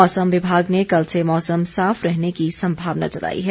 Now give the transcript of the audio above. मौसम विभाग ने कल से मौसम साफ रहने की संभावना जताई है